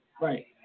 Right